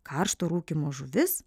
karšto rūkymo žuvis